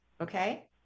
okay